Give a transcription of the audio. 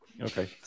Okay